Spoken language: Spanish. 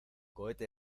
cohete